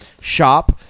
shop